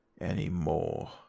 anymore